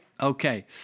Okay